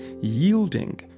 yielding